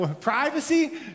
privacy